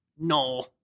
No